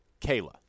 Kayla